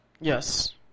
Yes